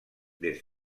des